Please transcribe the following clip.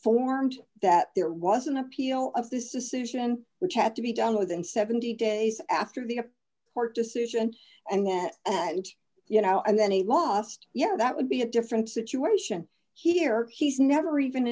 formed that there was an appeal of this decision which had to be done within seventy days after the a court decision and that you now and then he lost yeah that would be a different situation here he's never even